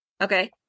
Okay